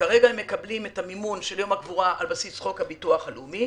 כרגע הם מקבלים את המימון של יום הקבורה על בסיס חוק הביטוח הלאומי.